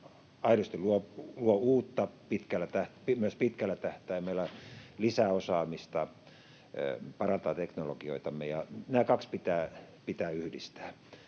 aidosti luo uutta myös pitkällä tähtäimellä, lisää osaamista, parantaa teknologioitamme, ja nämä kaksi pitää yhdistää.